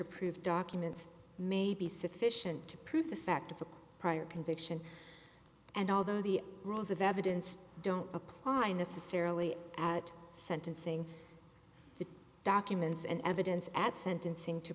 approved documents may be sufficient to prove the fact of a prior conviction and although the rules of evidence don't apply necessarily at sentencing the documents and evidence at sentencing to